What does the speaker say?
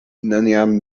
neniam